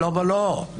לא ולא.